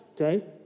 okay